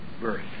birth